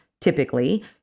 typically